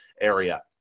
area